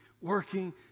working